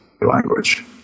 language